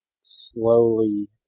slowly